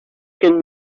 can